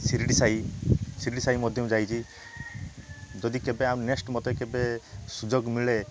ଶିରିଡ଼ି ସାଇ ଶିରିଡ଼ି ସାଇ ମଧ୍ୟ ମୁଁ ଯାଇଛି ଯଦି କେବେ ଆଉ ନେକ୍ସଟ ମତେ କେବେ ସୁଯୋଗ ମିଳେ